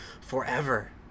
forever